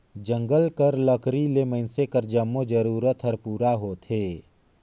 जंगल कर लकरी ले मइनसे कर जम्मो जरूरत हर पूरा होथे